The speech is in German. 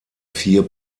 vier